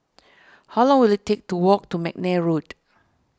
how long will it take to walk to McNair Road